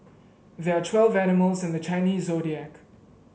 there are twelve animals in the Chinese Zodiac